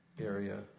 area